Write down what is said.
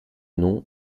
nom